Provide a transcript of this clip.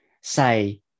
say